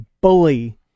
bully